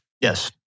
Yes